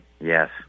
yes